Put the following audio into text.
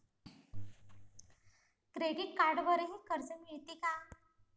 Credit कार्डवरही कर्ज मिळते का?